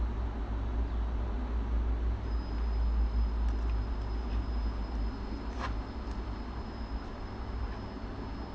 (uh huh)